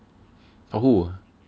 for who